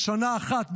בשנה אחת,